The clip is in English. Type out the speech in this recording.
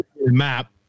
map